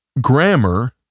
grammar